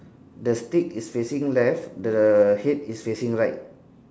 the stick is facing left the head is facing right